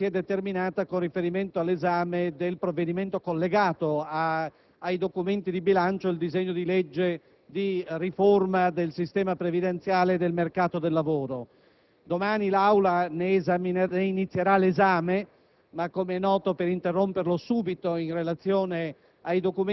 mi consenta di sottolineare all'Assemblea la situazione che si è determinata in relazione all'esame del provvedimento collegato ai documenti di bilancio e al disegno di legge di riforma del sistema previdenziale del mercato del lavoro. Domani l'Assemblea ne inizierà l'esame